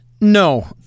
No